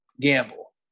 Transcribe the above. gamble